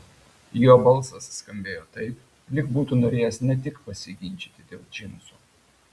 jo balsas skambėjo taip lyg būtų norėjęs ne tik pasiginčyti dėl džinsų